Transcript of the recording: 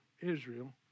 Israel